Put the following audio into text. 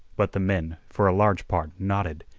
but the men, for a large part, nodded,